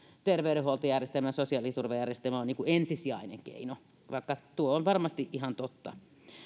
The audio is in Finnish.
terveydenhuoltojärjestelmä ja sosiaaliturvajärjestelmä on ensisijainen keino vaikka tuo on varmasti ihan totta